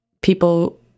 people